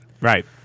Right